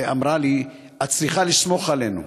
את צריכה לסמוך עלינו.